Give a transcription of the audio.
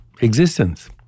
existence